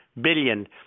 Billion